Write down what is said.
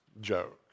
jokes